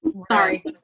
Sorry